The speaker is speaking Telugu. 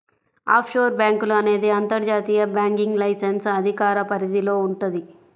ఆఫ్షోర్ బ్యేంకులు అనేది అంతర్జాతీయ బ్యాంకింగ్ లైసెన్స్ అధికార పరిధిలో వుంటది